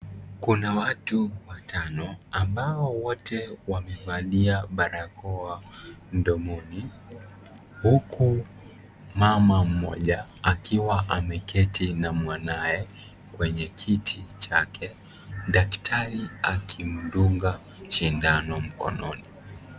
Kuna watu watano ambao wote wamevalia barakoa mdomoni huku mama mmoja akiwa ameketi na mwanae kwenye kiti chake daktari akimdunga shindano mkononi.